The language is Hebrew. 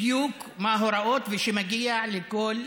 בדיוק מה ההוראות, ושמגיע לכל,